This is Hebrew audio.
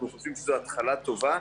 זאת התחלה טובה.